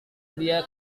dia